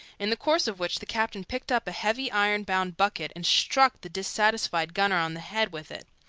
in the course of which the captain picked up a heavy iron-bound bucket and struck the dissatisfied gunner on the head with it.